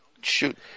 shoot